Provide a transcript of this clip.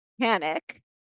panic